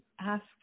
ask